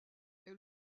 est